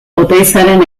oteizaren